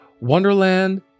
Wonderland